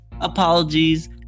Apologies